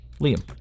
Liam